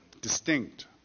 distinct